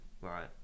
right